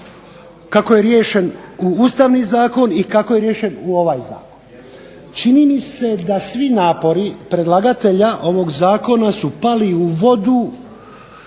kako je riješen Ustavni zakon i kako je riješen ovaj zakon. Čini mi se da svi napori predlagatelja ovog Zakona su pali u vodu